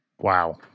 Wow